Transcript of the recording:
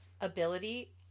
ability